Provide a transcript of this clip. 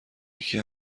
یکی